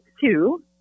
two